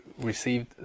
received